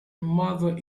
mother